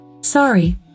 Sorry